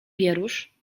wierusz